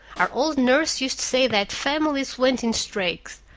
our old nurse used to say that families went in streaks.